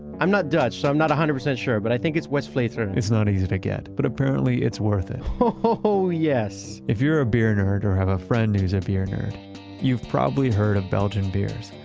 i'm not dutch so i'm not a hundred percent sure but i think it's westvleteren it's not easy to get but apparently it's worth it. oh ho oh, yes. if you're a beer nerd or have a friend who's a beer nerd you've probably heard of belgian beers.